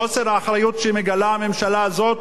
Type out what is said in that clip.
חוסר האחריות שמגלה הממשלה הזאת,